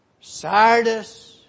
Sardis